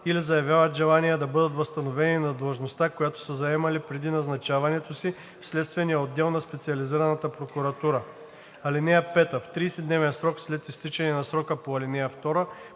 или заявяват желание да бъдат възстановени на длъжността, която са заемали преди назначаването си в Следствения отдел на Специализираната прокуратура. (5) В 30-дневен срок след изтичане на срока по ал. 2